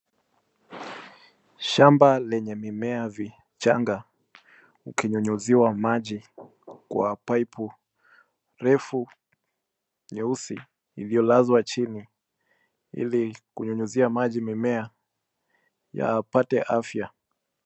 Shamba lenye mimea vichanga ikinyunyuziwa maji kwa pipe refu nyeusi. Iliyolazwa chini, ili kunyunyuzia maji mimea yapate afya.